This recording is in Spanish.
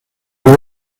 vive